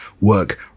work